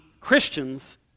Christians